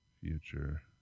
Future